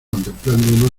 contemplando